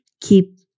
keep